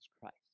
Christ